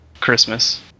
Christmas